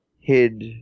hid